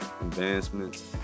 advancements